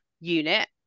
unit